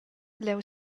leu